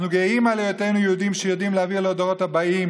אנחנו גאים על היותנו יהודים שיודעים להעביר לדורות הבאים